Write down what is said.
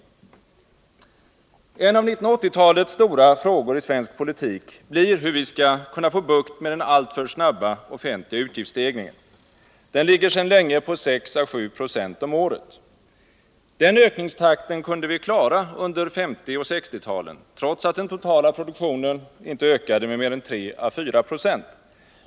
En av 1980-talets stora frågor i svensk politik blir hur vi skall kunna få bukt med den alltför snabba offentliga utgiftsstegringen. Den ligger sedan länge på 6 å 7 20 om året. Den ökningstakten kunde vi klara under 1950 och 1960-talen, trots att den totala produktionen inte ökade med mer än 3 å 4 90.